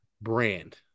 brand